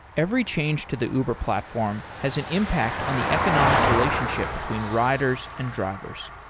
every change to the uber platform has an impact on the economic relationship between riders and drivers.